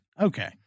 okay